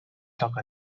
toca